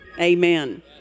Amen